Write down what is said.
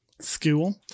School